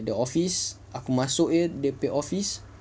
the office aku masuk aje dia punya in the office